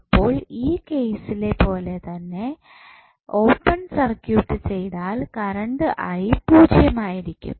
അപ്പോൾ ഈ കേസിലെ പോലെ തന്നെ ഓപ്പൺ സർക്യൂട്ട് ചെയ്താൽ കറണ്ട് പൂജ്യമായിരിക്കും